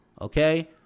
okay